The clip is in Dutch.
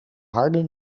harde